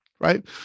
right